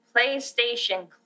PlayStation